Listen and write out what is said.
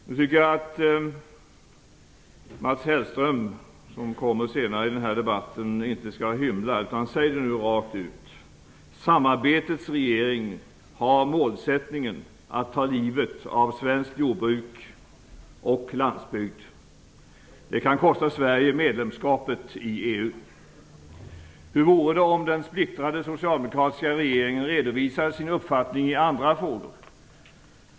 Nu tycker jag att Mats Hellström, som senare kommer upp i den här debatten, inte skall hymla utan säga rakt ut: "Samarbetets regering" har målsättningen att ta livet av svenskt jordbruk och svensk landsbygd. Det kan kosta Sverige medlemskapet i EU. Hur vore det om den splittrade socialdemokratiska regeringen redovisade sin uppfattning i andra frågor?